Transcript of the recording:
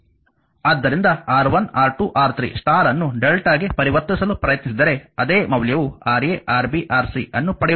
ಆದ್ದರಿಂದ R1 R2 R3 star ಅನ್ನು lrmΔ ಗೆ ಪರಿವರ್ತಿಸಲು ಪ್ರಯತ್ನಿಸಿದರೆ ಅದೇ ಮೌಲ್ಯವು Ra Rb Rc ಅನ್ನು ಪಡೆಯುತ್ತದೆ